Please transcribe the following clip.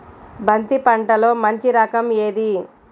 బంతి పంటలో మంచి రకం ఏది?